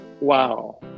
Wow